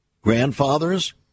Grandfathers